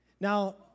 Now